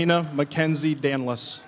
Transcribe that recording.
you know mackenzie been less